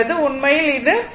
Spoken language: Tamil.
உண்மையில் இது 1